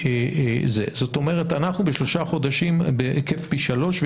זאת אומרת אנחנו בשלושה חודשים בהיקף פי שלושה